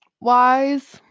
Wise